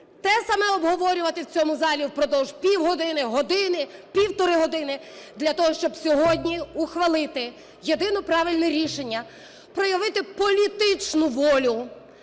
те саме обговорювати в цьому залі впродовж півгодини, години, півтори години. Для того, щоб сьогодні ухвалити єдине правильне рішення, проявити політичну волю,